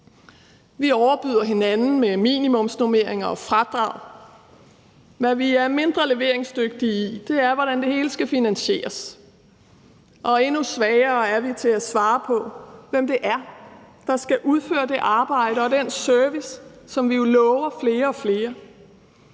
Vi overbyder hinanden med minimumsnormeringer og fradrag. Hvad vi er mindre leveringsdygtige i, er, hvordan det hele skal finansieres. Og endnu svagere er vi til at svare på, hvem det er, der skal udføre det arbejde og yde den service, som vi jo lover flere og flere.